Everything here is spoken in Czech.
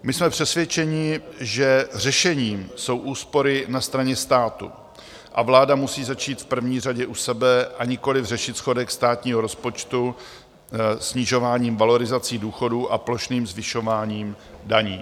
My jsme přesvědčeni, že řešením jsou úspory na straně státu, a vláda musí začít v první řadě u sebe, a nikoliv řešit schodek státního rozpočtu snižováním valorizací důchodů a plošným zvyšováním daní.